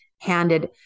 handed